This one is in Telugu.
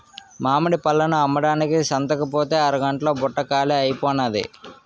మామిడి పళ్ళను అమ్మడానికి సంతకుపోతే అరగంట్లో బుట్ట కాలీ అయిపోనాది